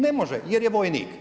Ne može jer je vojnik.